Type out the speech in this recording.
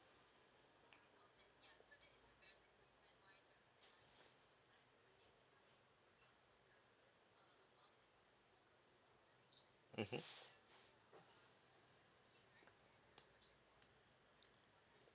mmhmm